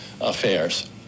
affairs